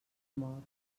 mor